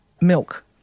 milk